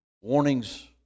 Warnings